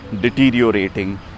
deteriorating